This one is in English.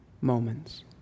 moments